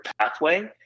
pathway